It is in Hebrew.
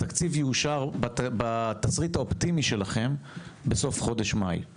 התקציב יאושר בתסריט האופטימי שלכם בסוף חודש מאי.